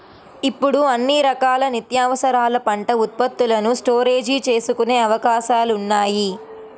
ఇప్పుడు అన్ని రకాల నిత్యావసరాల పంట ఉత్పత్తులను స్టోరేజీ చేసుకునే అవకాశాలున్నాయి